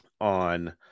on